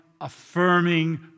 affirming